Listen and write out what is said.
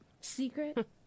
Secret